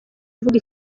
uvuga